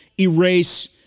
erase